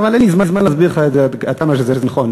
אבל אין לי זמן להסביר לך את זה, עד כמה שזה נכון.